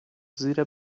زیر